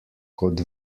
kot